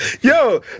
Yo